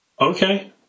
Okay